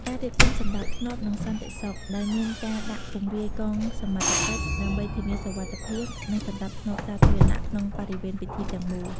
ការរៀបចំសណ្ដាប់ធ្នាប់ និងសន្តិសុខ ដោយមានការដាក់ពង្រាយកម្លាំងសមត្ថកិច្ច ដើម្បីធានាសុវត្ថិភាព និងសណ្ដាប់ធ្នាប់សាធារណៈក្នុងបរិវេណពិធីទាំងមូល។